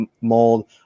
mold